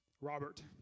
Robert